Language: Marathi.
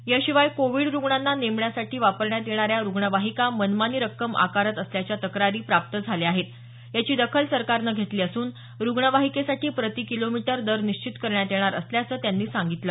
याशिवाय कोविड रुग्णांना नेण्यासाठी वापरण्यात येणाऱ्या रुग्णवाहिका मनमानी रक्कम आकारत असल्याच्या तक्रारी प्राप्त झाल्या आहेत याची दखल सरकारनं घेतली असून रुग्णवाहिकेसाठी प्रति किलोमीटर दर निश्चित करण्यात येणार असल्याचं त्यांनी सांगितलं